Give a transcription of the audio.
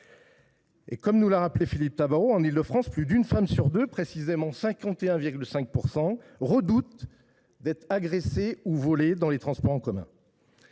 Comme l’a souligné Philippe Tabarot, en Île de France, plus d’une femme sur deux – précisément 51,5 %– redoute d’être agressée ou volée dans les transports en commun.